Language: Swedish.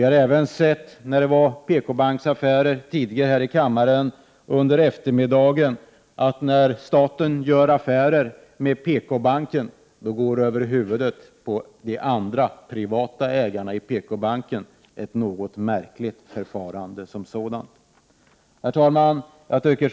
Av debatten om PKbanksaffärerna som vi förde i kammaren i dag under eftermiddagen framgick att när staten gör affärer med PKbanken, då sker det över huvudet på de privata ägarna i PKbanken, vilket är ett något märkligt förfarande. Herr talman!